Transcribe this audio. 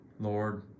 Lord